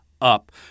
up